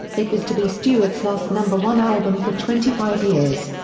it was to be stewart's last number one album for twenty five years.